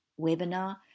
webinar